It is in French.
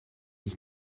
dit